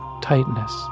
tightness